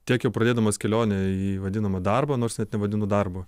tiek jau pradėdamas kelionę į vadinamą darbą nors net nevadinu darbu